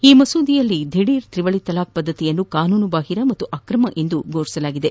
ಈ ಮಸೂದೆಯಲ್ಲಿ ದಿಧೀರ್ ತ್ರಿವಳಿ ತಲಾಖ್ ಪದ್ಧತಿಯನ್ನು ಕಾನೂನುಬಾಹಿರ ಮತ್ತು ಅಕ್ರಮ ಎಂದು ಫೋಷಿಸಲಾಗಿದೆ